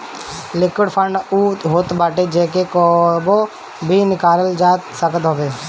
liquid fund उ होत बाटे जेके कबो भी निकालल जा सकत हवे